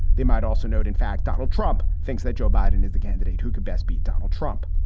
they might also note, in fact, donald trump thinks that joe biden is the candidate who could best be donald trump.